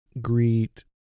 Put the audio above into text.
greet